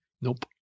Nope